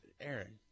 Aaron